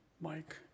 Mike